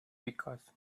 because